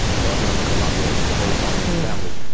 so i been under columbia, the whole sony family.